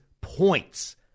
points